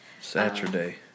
Saturday